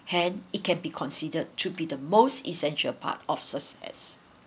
hence it can be considered to be the most essential part of success